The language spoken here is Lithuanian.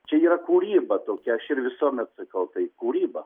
čia yra kūryba tokia aš ir visuomet sakau tai kūryba